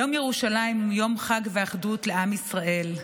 יום ירושלים הוא יום חג ואחדות לעם ישראל,